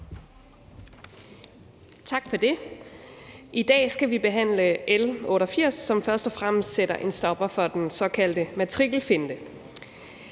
Tak for det. I dag skal vi behandle L 88, som først og fremmest sætter en stopper for den såkaldte matrikelfinte.